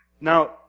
Now